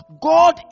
God